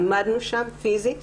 עמדנו שם פיזית,